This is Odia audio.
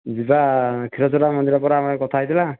ଯିବା କ୍ଷୀରଚୋରା ମନ୍ଦିର ପରା ଆମେ କଥା ହେଇଥିଲା